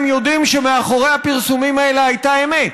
יודעים שמאחורי הפרסומים האלה הייתה אמת